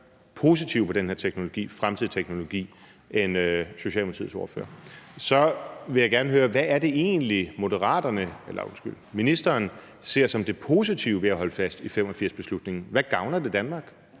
altså den her fremtidsteknologi, end Socialdemokratiets ordfører. Så jeg vil gerne høre, hvad det egentlig er, ministeren ser som det positive ved at holde fast i 1985-beslutningen. Hvad gavner det Danmark?